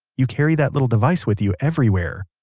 you carry that little device with you everywhere.